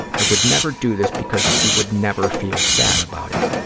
i would never do this because he would never feel sad about it.